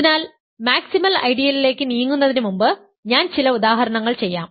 അതിനാൽ മാക്സിമൽ ഐഡിയലിലേക്ക് നീങ്ങുന്നതിനുമുമ്പ് ഞാൻ ചില ഉദാഹരണങ്ങൾ ചെയ്യാം